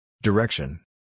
Direction